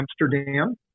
Amsterdam